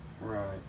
Right